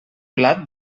plat